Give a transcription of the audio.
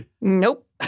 Nope